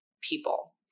people